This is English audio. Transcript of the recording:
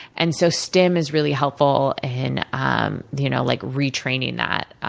and so, stem is really helpful in um you know like retraining that,